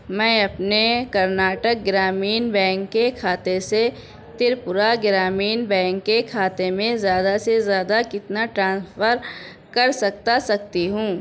میں اپنے کرناٹک گرامین بینک کے کھاتے سے ترپورہ گرامین بینک کے کھاتے میں زیادہ سے زیادہ کتنا ٹرانسفر کر سکتا سکتی ہوں